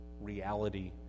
reality